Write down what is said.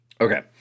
Okay